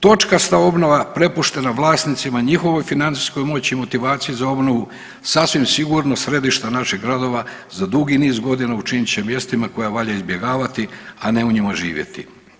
Točkasta obnova prepuštena vlasnicima o njihovoj financijskoj moći, motivacije za obnovu sasvim sigurno središta naših radova, za dugi niz godina učinit će mjestima koja valja izbjegavati, a ne u njima živjeti.